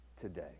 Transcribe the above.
today